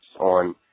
on